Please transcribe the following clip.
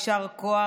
יישר כוח.